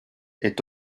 est